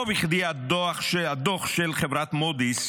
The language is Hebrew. לא בכדי הדוח של חברת מודי'ס,